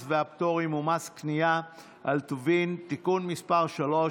והפטורים ומס קנייה על טובין (תיקון מס' 3),